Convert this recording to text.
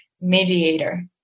mediator